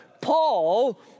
Paul